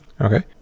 Okay